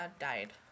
died